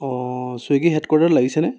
অঁ ছুইগী হেডকোৱাটাৰত লাগিছেনে